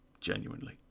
Genuinely